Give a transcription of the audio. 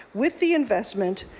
with the investment,